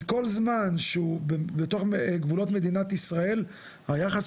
כי כל זמן שהוא בתוך גבולות מדינת ישראל היחס